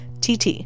TT